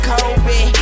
Kobe